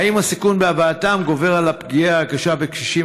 האם הסיכון בהבאתם גובר על הפגיעה הקשה בקשישים?